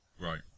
Right